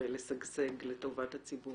לשגשג ולהצליח לטובת הציבור.